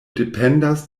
dependas